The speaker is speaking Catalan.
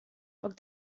poc